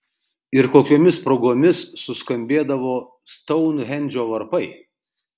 ir kokiomis progomis suskambėdavo stounhendžo varpai